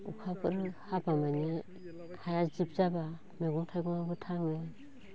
अखाफोर हागैमानि हाया जोबजाबा मैगं थाइगबो थाङो